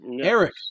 Eric